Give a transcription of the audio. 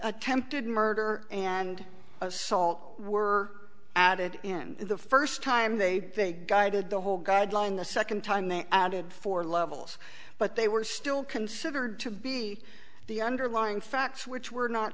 attempted murder and assault were added in the first time they guided the whole guideline the second time they added four levels but they were still considered to be the underlying facts which were not